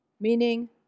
meaning